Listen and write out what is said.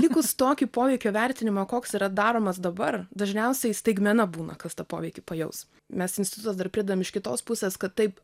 likus tokį poveikio vertinimą koks yra daromas dabar dažniausiai staigmena būna kas tą poveikį pajaus mes institutas dar pridedam iš kitos pusės kad taip